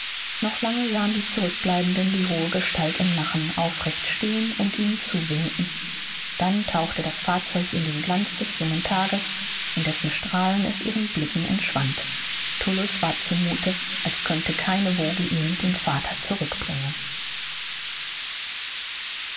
noch lange sahen die zurückbleibenden die hohe gestalt im nachen aufrecht stehen und ihnen zuwinken dann tauchte das fahrzeug in den glanz des jungen tages in dessen strahlen es ihren blicken entschwand tullus war zu muthe als konnte keine woge ihm den vater zurückbringen